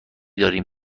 داریم